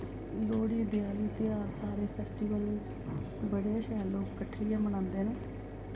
लोह्ड़ी देआली तेहार सारे फैस्टिवल बड़े शैल लोक कट्ठे होइयै मनांदे न